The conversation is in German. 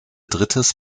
drittes